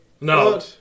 No